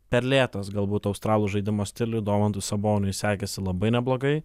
per lėtas galbūt australų žaidimo stiliui domantui saboniui sekėsi labai neblogai